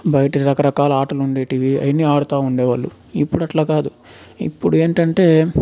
బయట రకరకాల ఆటలు ఉండేవీ అవన్నీ ఆడతా ఉండేవాళ్ళు ఇప్పుడు అట్లకాదు ఇప్పుడు ఏంటంటే